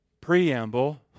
Preamble